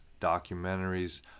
documentaries